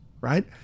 right